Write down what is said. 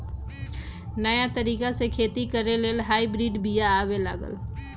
नयाँ तरिका से खेती करे लेल हाइब्रिड बिया आबे लागल